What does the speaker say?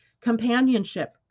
companionship